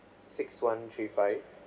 six one three five